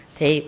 Thì